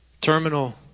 terminal